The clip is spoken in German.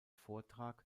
vortrag